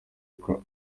kuko